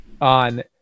on